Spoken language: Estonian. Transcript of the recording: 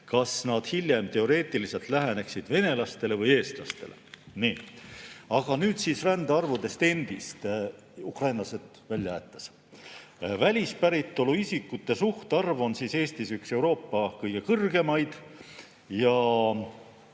kas nad hiljem teoreetiliselt läheneksid venelastele või eestlastele. Aga nüüd siis rändearvudest endist, ukrainlasi välja jättes. Välispäritolu isikute suhtarv on Eestis üks Euroopa kõige kõrgemaid.